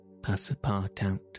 Passapartout